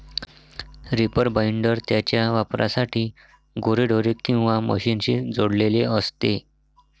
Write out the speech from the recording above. reaper binder त्याच्या वापरासाठी गुरेढोरे किंवा मशीनशी जोडलेले असते